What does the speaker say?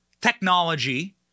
technology